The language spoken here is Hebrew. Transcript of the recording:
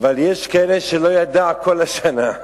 אבל יש כאלה שלא ידע כל השנה.